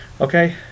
Okay